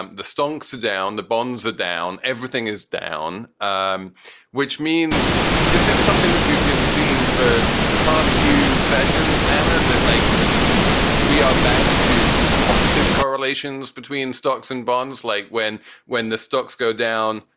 um the stocks are down, the bonds are down, everything is down, um which means this is something which we've been seeing for the past few sessions and that like we are back to positive correlations between stocks and bonds. like when when the stocks go down,